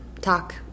talk